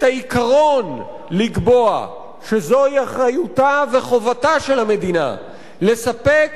לקבוע את העיקרון שזוהי אחריותה וחובתה של המדינה לספק